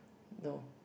no